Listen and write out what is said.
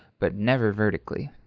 but never vertically.